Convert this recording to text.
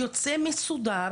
יוצא מסודר